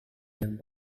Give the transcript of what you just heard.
yang